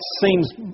seems